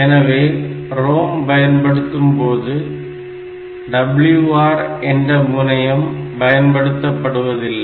எனவே ROM பயன்படுத்தும்போது WR என்ற முனையம் பயன்படுத்தப்படுவதில்லை